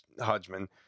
hodgman